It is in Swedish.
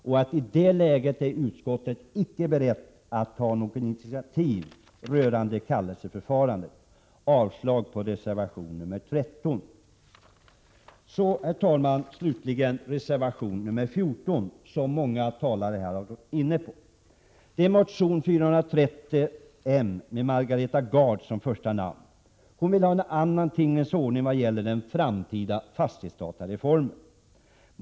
Utskottet är i det läget inte berett att ta något initiativ rörande kallelseförfarandet. Jag yrkar avslag på reservation 13. Slutligen skall jag ta upp reservation 14, som många talare här har varit inne på. I motion Bo430 av Margareta Gard föreslås en annan tingens ordning vad gäller den framtida fastighetsdatareformen.